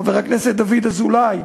חבר הכנסת דוד אזולאי,